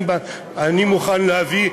אני מוכן להביא,